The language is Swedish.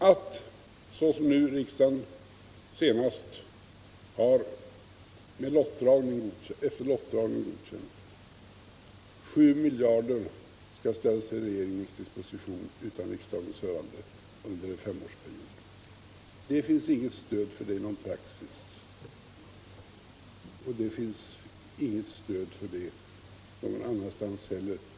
Att — såsom riksdagen nu senast gjort efter lottdragning — besluta att 7 miljarder skall ställas till regeringens disposition under en femårsperiod utan riksdagens hörande finns det inget stöd för i någon praxis, och det finns inget stöd för detta någon annanstans heller.